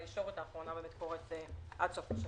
והישורת האחרונה עד סוף השבוע.